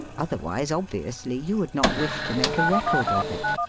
otherwise obviously you would not wish to make a record of it.